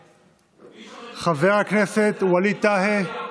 הפושעים הם אלה, חבר הכנסת ווליד טאהא,